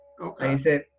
Okay